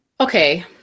Okay